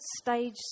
stage